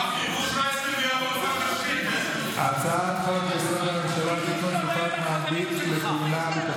גפני, אני נמצא במזבלה, במריצה.